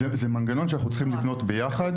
זה מנגנון שאנחנו צריכים לבנות ביחד,